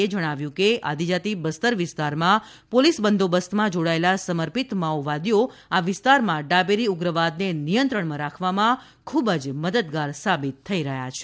એ જણાવ્યું હતું કે આદિજાતિ બસ્તર વિસ્તારમાં પોલીસ બંદોબસ્તમાં જોડાયેલા સમર્પિત માઓવાદીઓ આ વિસ્તારમાં ડાબેરી ઉગ્રવાદને નિયંત્રણમાં રાખવામાં ખુબ મદદગાર સાબિત થઈ રહ્યા છે